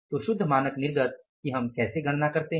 तो शुद्ध मानक निर्गत की हम कैसे गणना करते हैं